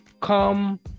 Come